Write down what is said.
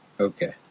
Okay